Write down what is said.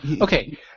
Okay